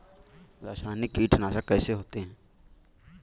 रासायनिक कीटनाशक कैसे होते हैं?